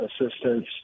assistance